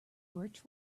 birch